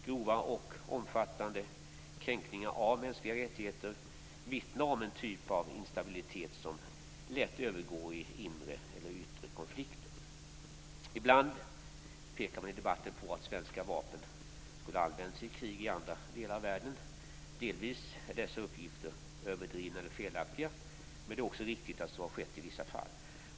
Grova och omfattande kränkningar av mänskliga rättigheter vittnar om en typ av instabilitet som lätt övergår i inre eller yttre konflikter. Ibland pekar man i debatten på att svenska vapen skulle ha använts i krig i andra delar av världen. Delvis är dessa uppgifter överdrivna eller felaktiga, men det är också riktigt att så har skett i vissa fall.